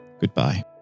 goodbye